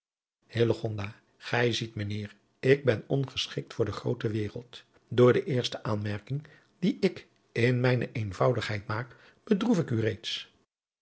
gij ziet mijn heer ik ben ongeschikt voor de groote wereld door de eerste aanmerking die ik in mijne eenvoudigheid maak bedroef ik u reeds